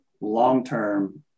long-term